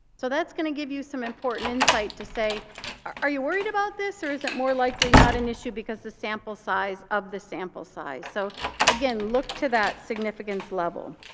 so that's going to give you some important insight to say are you worried about this? or is it more likely not an issue because of the sample size of the sample size. so again, look to that significance level.